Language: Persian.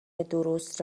درست